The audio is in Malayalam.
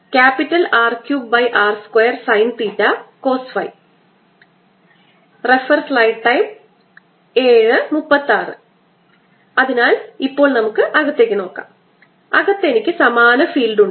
sinsinϕ|r R|ds4π3R3r2sinθcosϕ അതിനാൽ ഇപ്പോൾ നമുക്ക് അകത്തേക്ക് നോക്കാം അകത്ത് എനിക്ക് സമാന ഫീൽഡ് ഉണ്ട്